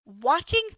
Watching